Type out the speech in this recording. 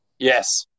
Yes